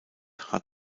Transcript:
hat